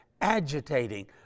agitating